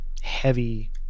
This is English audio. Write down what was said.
heavy